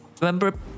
remember